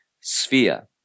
sphere